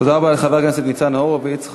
תודה רבה לחבר הכנסת ניצן הורוביץ.